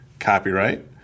Copyright